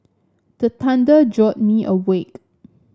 the thunder jolt me awake